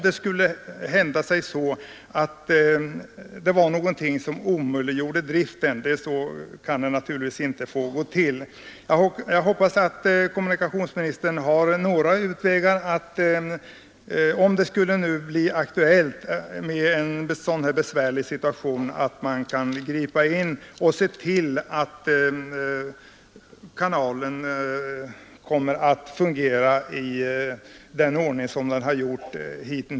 Det skulle, som jag ser saken, vara helt förödande om någonting omöjliggjorde driften i fortsättningen. Jag hoppas att kommunikationsministern har några utvägar att tillgripa, om en besvärlig situation skulle uppstå, så att kanalen fortsätter att fungera som den hittills har gjort.